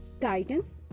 Guidance